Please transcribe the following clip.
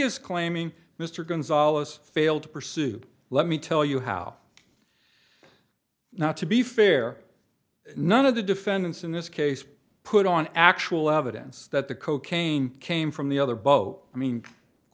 is claiming mr gonzales failed to pursued let me tell you how not to be fair none of the defendants in this case put on actual evidence that the cocaine came from the other boat i mean of